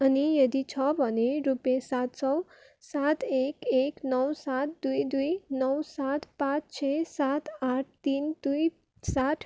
अनि यदि छ भने रुपियाँ सात सय सात एक एक नौ सात दुई दुई नौ सात पाँच छ सात आठ तिन दुई सात